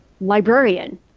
librarian